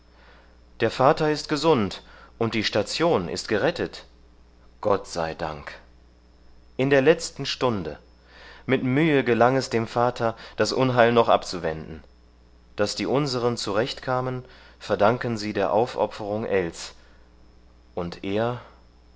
der vater ist gesund und die station ist gerettet gott sei dank in der letzten stunde mit mühe gelang es dem vater das unheil noch abzuwenden daß die unseren zurechtkamen verdanken sie der aufopferung ells und er